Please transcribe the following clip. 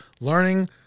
learning